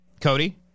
Cody